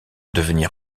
devenir